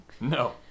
No